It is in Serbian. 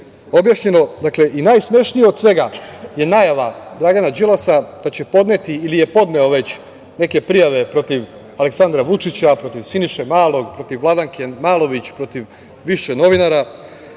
objašnjeno. Dakle, i najsmešnije od svega je najava Dragana Đilasa da će podneti ili je podneo već neke prijave protiv Aleksandra Vučića, protiv Siniše Malog, protiv Vladanke Malović, protiv više novinara. Dakle,